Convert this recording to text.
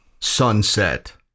Sunset